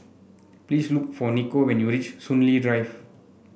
please look for Niko when you reach Soon Lee Drive